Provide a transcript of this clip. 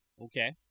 Okay